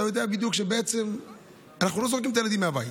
אתה יודע בדיוק שבעצם אנחנו לא זורקים את הילדים מהבית.